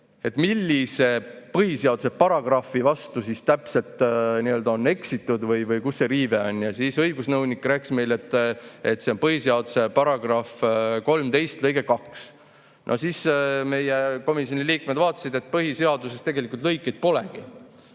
millise põhiseaduse paragrahvi vastu täpselt on eksitud või kus see riive on. Ja siis õigusnõunik rääkis meile, et see on põhiseaduse § 13 lõige 2. No siis meie komisjoni liikmed vaatasid, et põhiseaduses tegelikult lõikeid polegi,